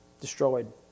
Destroyed